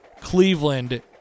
Cleveland